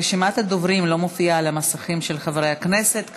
רשימת הדוברים לא מופיעה על המסכים של חברי הכנסת.